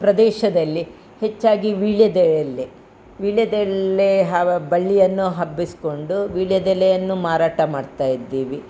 ಪ್ರದೇಶದಲ್ಲಿ ಹೆಚ್ಚಾಗಿ ವೀಳ್ಯದೆಲೆ ವೀಳ್ಯದೆಲೆ ಹಾವ ಬಳ್ಳಿಯನ್ನು ಹಬ್ಬಿಸಿಕೊಂಡು ವೀಳ್ಯದೆಲೆಯನ್ನು ಮಾರಾಟ ಮಾಡ್ತಾ ಇದ್ದೀವಿ